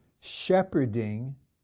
shepherding